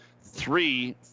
three